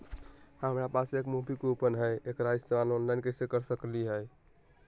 हमरा पास एक मूवी कूपन हई, एकरा इस्तेमाल ऑनलाइन कैसे कर सकली हई?